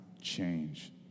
change